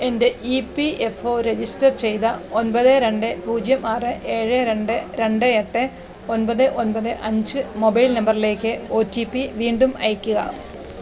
എൻ്റെ E P F O register ചെയ്ത ഒൻപത് രണ്ട് പൂജ്യം ആറ് ഏഴ് രണ്ട് രണ്ട് എട്ട് ഒൻപത് ഒൻപത് അഞ്ച് മൊബൈൽ നമ്പറിലേക്ക് ഒ ടി പി വീണ്ടും അയയ്ക്കുക